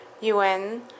UN